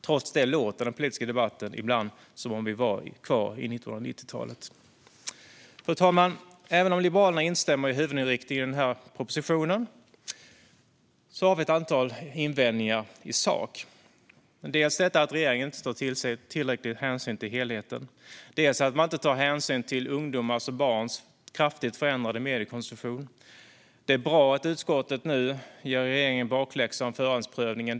Trots det låter den politiska debatten ibland som om vi var kvar i 1990-talet. Fru talman! Även om Liberalerna instämmer i huvudinriktningen i denna proposition har vi ett antal invändningar i sak. Det handlar om att regeringen inte tar tillräcklig hänsyn till helheten. Och det handlar om att man inte tar hänsyn till ungdomars och barns kraftigt förändrade mediekonsumtion. Det är bra att utskottet nu ger regeringen en bakläxa om förhandsprövningen.